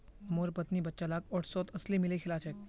मोर पत्नी बच्चा लाक ओट्सत अलसी मिलइ खिला छेक